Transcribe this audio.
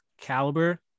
caliber